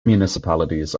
municipalities